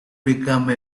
become